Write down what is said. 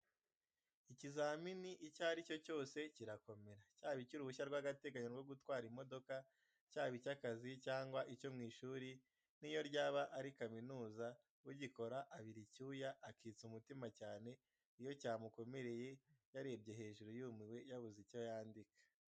Ikizamini icyo ari cyo cyose kirakomera, cyaba icy'uruhushya rw'agateganyo rwo gutwara imodoka, cyaba icy'akazi cyangwa icyo mu ishuri n'iyo ryaba ari kaminuza, ugikora abira icyuya, akitsa umutima cyane iyo cyamukomereye, yarebye hejuru yumiwe, yabuze icyo yandika.